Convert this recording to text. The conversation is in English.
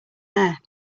there